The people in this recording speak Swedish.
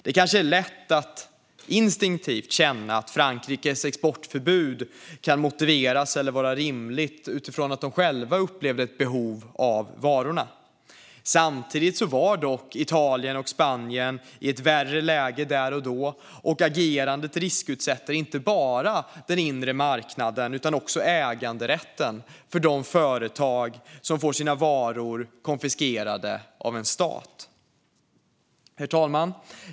Det kanske är lätt att instinktivt känna att Frankrikes exportförbud kunde motiveras eller var rimligt eftersom de själva hade behov av varorna. Samtidigt var dock Italien och Spanien där och då i ett värre läge, och agerandet riskutsätter inte bara den inre marknaden utan också äganderätten för de företag som får sina varor konfiskerade av en stat. Herr talman!